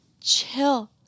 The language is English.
Chill